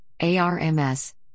ARMS